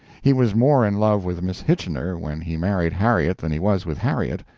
he was more in love with miss hitchener when he married harriet than he was with harriet,